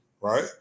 right